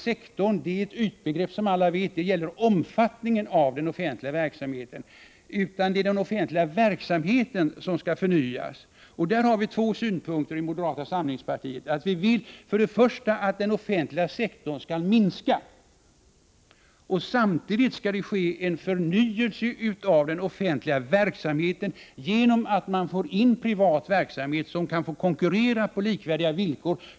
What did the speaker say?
Sektor är ett ytbegrepp, som alla vet, och nu gäller det omfattningen av den offentliga verksamheten. Det är den offentliga verksamheten som skall förnyas, och vi hari det sammanhanget två synpunkter i moderata samlingspartiet: Vi vill att den offentliga sektorn skall minska. Samtidigt skall det ske en förnyelse av den offentliga verksamheten genom att man får in privat verksamhet som kan få konkurrera på likvärdiga villkor.